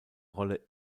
rolle